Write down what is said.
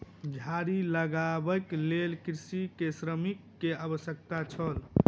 झाड़ी लगबैक लेल कृषक के श्रमिक के आवश्यकता छल